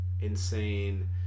insane